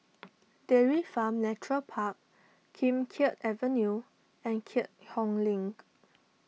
Dairy Farm Nature Park Kim Keat Avenue and Keat Hong Link